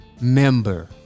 member